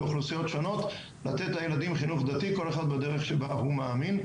לאוכלוסיות שונות לתת לילדים חינוך דתי כל אחד בדרך שבה הוא מאמין,